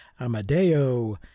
Amadeo